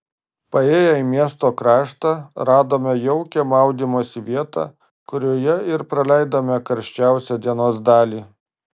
paėję į miesto kraštą radome jaukią maudymosi vietą kurioje ir praleidome karščiausią dienos dalį